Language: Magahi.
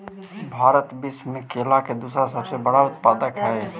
भारत विश्व में केला के दूसरा सबसे बड़ा उत्पादक हई